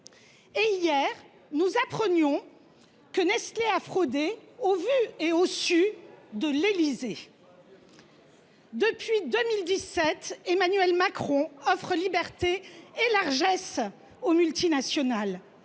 Hier, nous apprenions de surcroît que Nestlé a fraudé au vu et au su de l’Élysée ! Depuis 2017, Emmanuel Macron offre liberté et largesses aux multinationales.